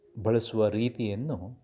ಬಳಸುವ ರೀತಿಯನ್ನು